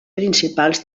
principals